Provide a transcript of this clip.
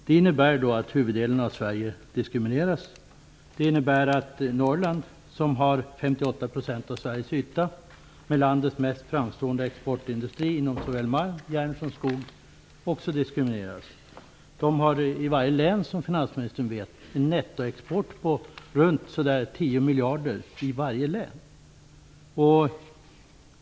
Det innebär att huvuddelen av Sverige diskrimineras. Också Norrland, som har 58 % av Sveriges yta och landets mest framstående exportindustri inom områdena malm, järn och skog, diskrimineras. Varje Norrlandslän har, som finansministern vet, en nettoexport om ca 10 miljarder kronor.